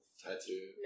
tattoo